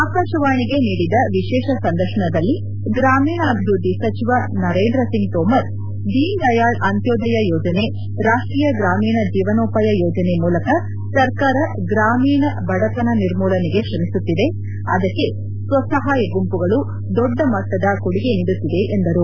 ಆಕಾಶವಾಣಿಗೆ ನೀಡಿದ ವಿಶೇಷ ಸಂದರ್ಶನದಲ್ಲಿ ಗ್ರಾಮೀಣಾಭಿವೃದ್ದಿ ಸಚಿವ ನರೇಂದ್ರ ಸಿಂಗ್ ತೋಮರ್ ದೀನ್ ದಯಾಳ್ ಅಂತ್ಯೋದಯ ಯೋಜನೆ ರಾಷ್ಟೀಯ ಗ್ರಾಮೀಣ ಜೀವನೋಪಾಯ ಯೋಜನೆ ಮೂಲಕ ಸರ್ಕಾರ ಗ್ರಾಮೀಣ ಬಡತನ ನಿರ್ಮೂಲನೆಗೆ ಶ್ರಮಿಸುತ್ತಿದೆ ಅದಕ್ಕೆ ಸ್ವ ಸಹಾಯ ಗುಂಪುಗಳು ದೊಡ್ಡಮಟ್ಟದ ಕೊಡುಗೆ ನೀಡುತ್ತಿವೆ ಎಂದರು